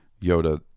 Yoda